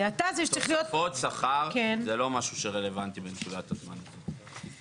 תוספות שכר זה לא משהו שרלוונטי בנקודת הזמן הזאת.